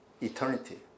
eternity